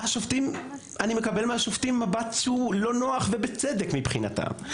אני מקבל מהשופטים מבט שהוא לא נוח ובצדק מבחינתם.